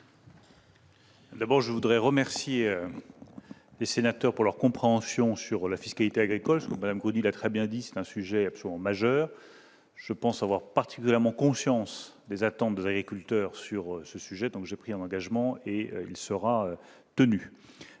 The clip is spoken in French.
D'abord je voudrais remercier les sénateurs pour leur compréhension sur la fiscalité agricole même il a très bien dit, c'est un sujet absolument majeur, je pense avoir particulièrement conscience des attentes des agriculteurs sur ce sujet, donc j'ai pris un engagement et il sera tenu